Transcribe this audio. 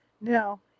Now